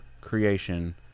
creation